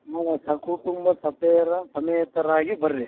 ನಿಮ್ಮ ಸಕುಟುಂಬ ಸಪೇರ ಸಮೇತರಾಗಿ ಬನ್ರಿ